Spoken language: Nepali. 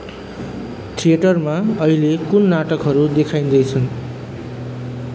थिएटरमा अहिले कुन नाटकहरू देखाइँदैछन्